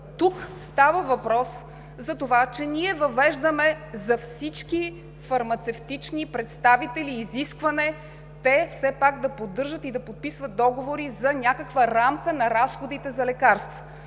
тук става въпрос за това, че ние въвеждаме изискване за всички фармацевтични представители те все пак да поддържат и да подписват договори за някаква рамка на разходите за лекарства.